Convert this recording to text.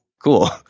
Cool